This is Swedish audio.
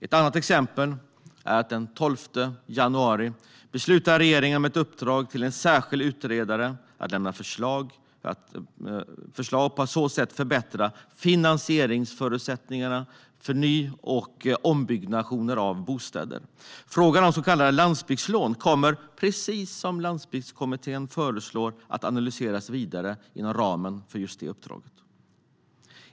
Ett annat exempel är att regeringen den 12 januari beslutade om ett uppdrag till en särskild utredare, som ska lämna förslag på sätt att förbättra finansieringsförutsättningarna för ny och ombyggnation av bostäder. Frågan om så kallade landsbygdslån kommer, precis som Landsbygdskommittén föreslår, att analyseras vidare inom ramen för just detta uppdrag.